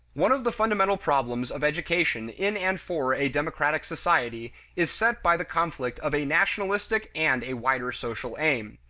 one of the fundamental problems of education in and for a democratic society is set by the conflict of a nationalistic and a wider social aim.